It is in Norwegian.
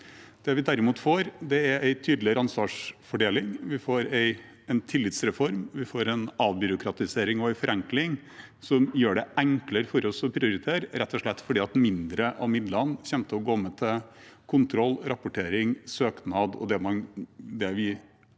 får, er en tydeligere ansvarsfordeling. Vi får en tillitsreform. Vi får en avbyråkratisering og en forenkling som gjør det enklere for oss å prioritere, rett og slett fordi at mindre av midlene kommer til å gå med til kontroll, rapportering, søknad og det som etter